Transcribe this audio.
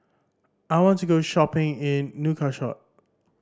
I want to go shopping in Nouakchott